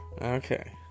Okay